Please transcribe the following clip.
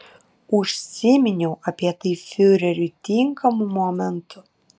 užsiminiau apie tai fiureriui tinkamu momentu